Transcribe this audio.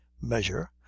measure